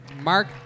Mark